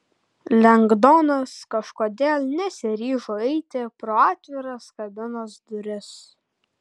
lengdonas kažkodėl nesiryžo eiti pro atviras kabinos duris